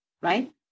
right